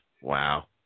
Wow